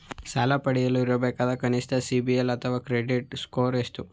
ಸಾಲ ಪಡೆಯಲು ಇರಬೇಕಾದ ಕನಿಷ್ಠ ಸಿಬಿಲ್ ಅಥವಾ ಕ್ರೆಡಿಟ್ ಸ್ಕೋರ್ ಎಷ್ಟು?